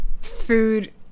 food